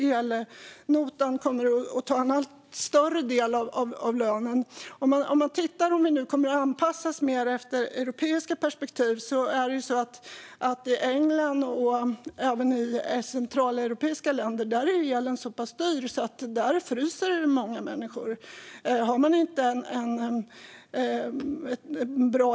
Elnotan kommer att ta en allt större del av inkomsten. Vi kommer kanske att anpassa oss mer efter europeiska perspektiv. I England och centraleuropeiska länder är elen så dyr att många människor fryser.